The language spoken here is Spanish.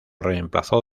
reemplazó